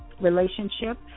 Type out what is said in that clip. relationship